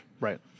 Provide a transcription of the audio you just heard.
right